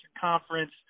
Conference